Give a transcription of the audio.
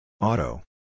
Auto